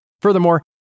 Furthermore